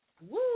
Woo